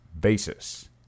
basis